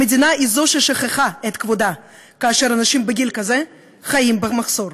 המדינה היא זו ששכחה את כבודה כאשר אנשים בגיל כזה חיים במחסור.